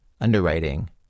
underwriting